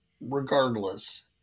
regardless